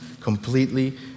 completely